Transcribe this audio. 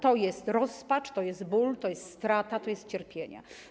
To jest rozpacz, to jest ból, to jest strata, to jest cierpienie.